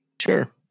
Sure